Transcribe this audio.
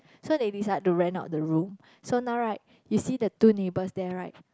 so they decide to rent out the room so now right you see the two neighbors there right